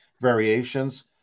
Variations